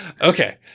Okay